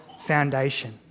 foundation